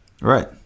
Right